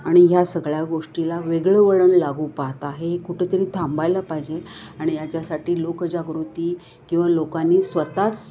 आणि ह्या सगळ्या गोष्टीला वेगळं वळण लागू पाहात हे हे कुठेतरी थांबायला पाहिजे आणि याच्यासाठी लोकजागृती किंवा लोकांनी स्वतःच